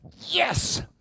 yes